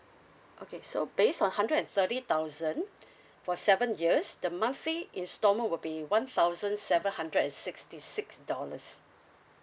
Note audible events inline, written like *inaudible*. okay so based on hundred and thirty thousand *breath* for seven years the monthly installment will be one thousand seven hundred and sixty six dollars